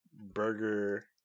Burger